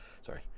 sorry